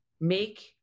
Make